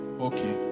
Okay